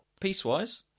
piecewise